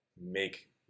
make